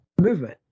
movement